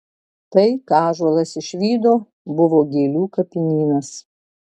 tai ką ąžuolas išvydo buvo gėlių kapinynas